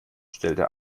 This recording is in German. stellte